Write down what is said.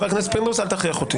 חבר הכנסת פינדרוס, אל תכריח אותי.